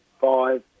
five